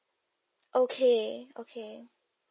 okay okay